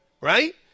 right